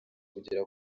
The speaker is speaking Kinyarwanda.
kugera